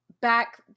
back